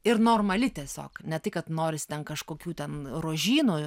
ir normali tiesiog ne tai kad norisi ten kažkokių ten rožynų